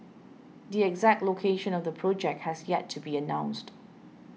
the exact location of the project has yet to be announced